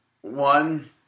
One